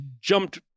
jumped